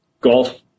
golf